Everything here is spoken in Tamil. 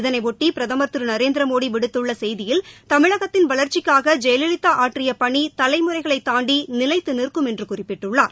இதனையொட்டி பிரதமர் திரு நரேந்திர மோடி விடுத்துள்ள செய்தியில் தமிழகத்தின் வளர்ச்சிக்காக ஜெயலலிதா ஆற்றிய பணி தலைமுறைகளை தாண்டி நிலைத்து நிற்கும் என்று குறிப்பிட்டுள்ளார்